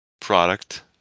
product